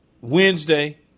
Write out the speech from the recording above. Wednesday